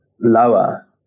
lower